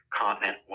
continent